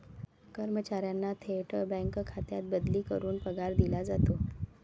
कर्मचाऱ्यांना थेट बँक खात्यात बदली करून पगार दिला जातो